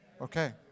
Okay